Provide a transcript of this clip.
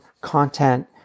content